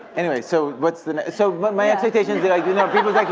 anyway, so what's the so but my expectation is that you know people's like